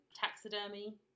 taxidermy